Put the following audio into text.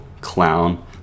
clown